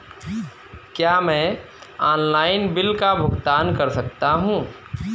क्या मैं online bill का भुगतान कर सकता हूँ?